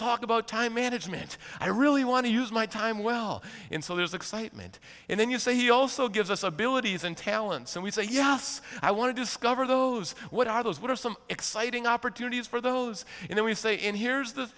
talk about time management i really want to use my time well in so there's excitement and then you say he also gives us abilities and talents and we say yes i want to discover those what are those what are some exciting opportunities for those you know we say and here's th